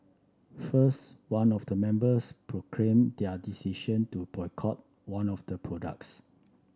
first one of the members proclaimed they are decision to boycott one of the products